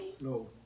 No